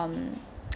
um